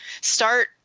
start